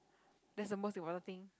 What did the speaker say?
that's the most important thing